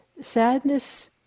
sadness